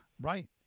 right